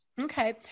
Okay